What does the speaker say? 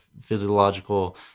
physiological